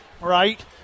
right